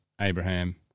Abraham